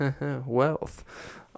Wealth